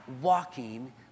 walking